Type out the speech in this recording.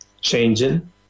changing